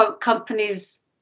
companies